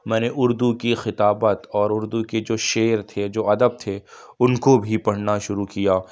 میں نے اُردو کی خطابت اور اُردو کے جو شعر تھے جو ادب تھے اُن کو بھی پڑھنا شروع کیا